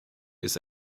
ist